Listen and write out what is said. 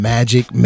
Magic